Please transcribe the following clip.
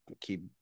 keep